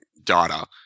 data